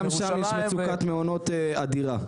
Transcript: וגם שם יש מצוקת מעונות אדירה.